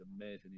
amazing